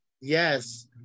Yes